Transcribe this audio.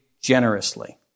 generously